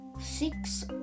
six